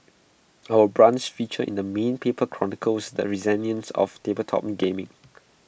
our brunch feature in the main paper chronicles the resilience of tabletop gaming